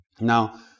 Now